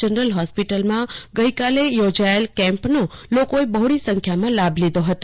general હોસ્પિટલમાં ગઈકાલે યોજાયેલ કેમ્પનો લોકોએ બહોળી સંખ્યામાં લાભ લીધો હતો